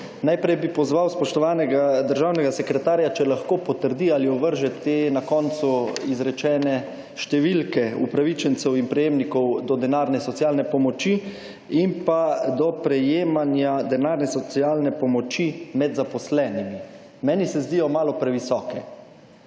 Najprej bi pozval spoštovanega državnega sekretarja, če lahko potrdi ali ovrže te na koncu izrečene številke upravičencev in prejemnikov do denarne socialne pomoči in pa do prejemanja denarne socialne pomoči med zaposlenimi. Meni se zdi malo previsoke.